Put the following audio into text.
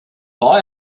buy